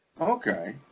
Okay